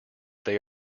they